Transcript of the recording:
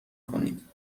کنید